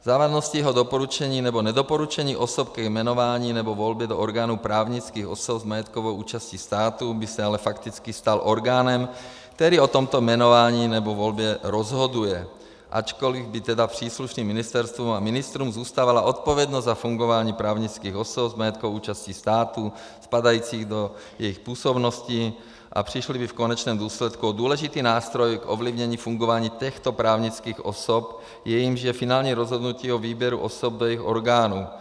Závazností jeho doporučení nebo nedoporučení osob ke jmenování nebo volbě do orgánů právnických osob s majetkovou účastí státu by se ale fakticky stal orgánem, který o tomto jmenování nebo volbě rozhoduje, ačkoli by tedy příslušným ministerstvům a ministrům zůstávala odpovědnost za fungování právnických osob s majetkovou účastí státu spadajících do jejich působnosti, přišli by v konečném důsledku o důležitý nástroj k ovlivnění fungování těchto právnických osob, jímž je finální rozhodnutí o výběru osob do jejich orgánů.